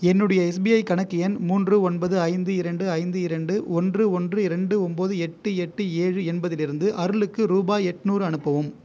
என்னுடைய எஸ்பிஐ கணக்கு எண் மூன்று ஒன்பது ஐந்து இரண்டு ஐந்து இரண்டு ஒன்று ஒன்று இரண்டு ஒம்போது எட்டு எட்டு ஏழு என்பதிலிருந்து அருளுக்கு ரூபாய் எட்நூறு அனுப்பவும்